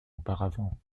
auparavant